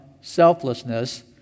selflessness